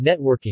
networking